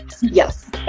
Yes